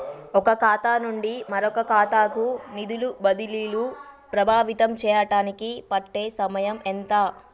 ఒక ఖాతా నుండి మరొక ఖాతా కు నిధులు బదిలీలు ప్రభావితం చేయటానికి పట్టే సమయం ఎంత?